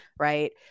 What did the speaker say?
right